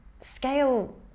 scale